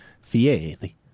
Fieri